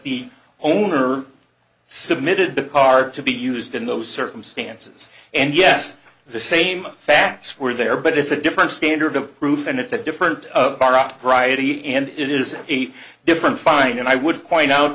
the owner submitted to card to be used in those circumstances and yes the same facts were there but it's a different standard of proof and it's a different topic priority and it is a different fine and i would point out